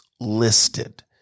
listed